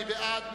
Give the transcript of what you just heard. מי בעד?